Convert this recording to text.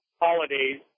holidays